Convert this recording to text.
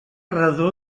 redó